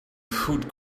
food